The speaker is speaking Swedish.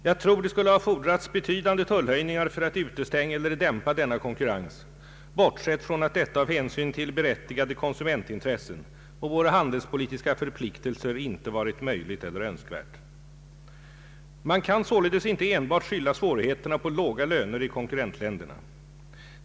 Jag tror det skulle ha fordrats betydande tullhöjningar för att utestänga eller dämpa denna konkurrens, bortsett från att detta av hänsyn till berättigade konsumentintressen och våra handelspolitiska förpliktelser inte varit möjligt eller önskvärt. Man kan således inte enbart skylla svårigheterna på låga löner i konkurrentländerna.